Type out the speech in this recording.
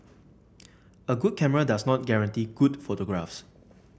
a good camera does not guarantee good photographs